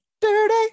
dirty